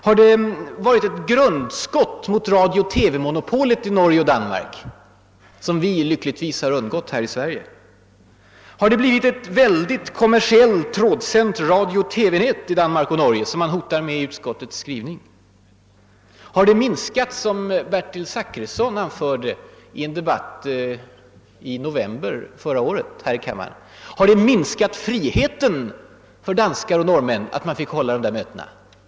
Har det varit ett grundskott mot radiooch TV-monopolet i Norge och Danmark som vi lyckligtvis undgått här i Sverige? Har det blivit ett kommersiellt trådsänt radiooch TV-nät i Danmark och Norge, något som man hotar med i utskottets utlåtande? Eller har det — som Bertil Zachrisson anförde i debatten här i kammaren i november förra året — minskat friheten för danskar och norrmän att hålla dessa möten?